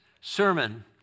sermon